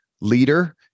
leader